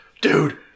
Dude